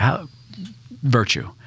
virtue